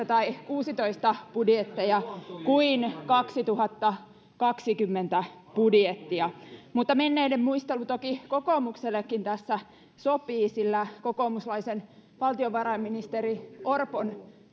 tai kaksituhattakuusitoista budjetteja kuin kaksituhattakaksikymmentä budjettia mutta menneiden muistelu toki kokoomuksellekin tässä sopii sillä kokoomuslaisen valtiovarainministeri orpon